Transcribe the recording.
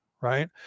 right